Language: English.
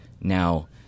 now